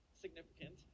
significant